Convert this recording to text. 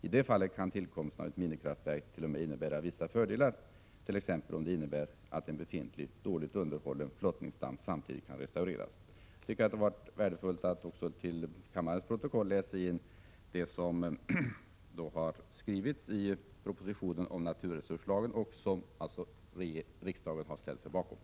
I det fallet kan tillkomsten av ett minikraftverk t.o.m. innebära vissa fördelar, t.ex. om det innebär att en befintlig, dåligt underhållen flottningsdamm samtidigt kan restaureras.” Jag anser att det är värdefullt att också till kammarens protokoll läsa in det som skrivits i propositionen om naturresurslagen och som riksdagen alltså har ställt sig bakom.